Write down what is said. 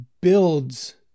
builds